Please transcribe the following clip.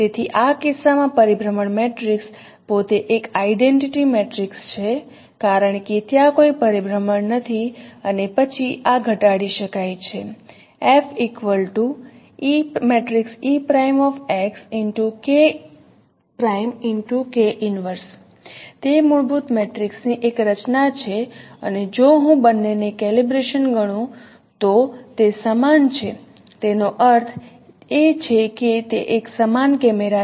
તેથી આ કિસ્સામાં પરિભ્રમણ મેટ્રિક્સ પોતે એક આઇડેન્ટિટી મેટ્રિક્સ છે કારણ કે ત્યાં કોઈ પરિભ્રમણ નથી અને પછી આ ઘટાડી શકાય છે તે મૂળભૂત મેટ્રિક્સની એક રચના છે અને જો હું બંનેને કેલિબ્રેશન ગણું તો તે સમાન છે જેનો અર્થ છે કે તે એક સમાન કેમેરા છે